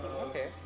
Okay